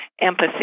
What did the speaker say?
empathy